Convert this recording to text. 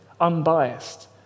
unbiased